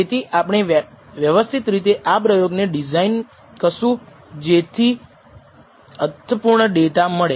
તેથી આપણે વ્યવસ્થિત રીતે આ પ્રયોગને ડિઝાઇન કરશું જેથી અર્થપૂર્ણ ડેટા મળે